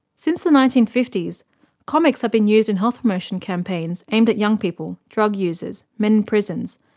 since the nineteen fifty s, comics have been used in health promotion campaigns aimed at young people, drug users, men in prisons,